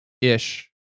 ish